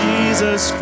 Jesus